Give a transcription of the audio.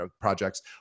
projects